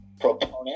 proponent